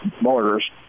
mortars